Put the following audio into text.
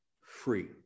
free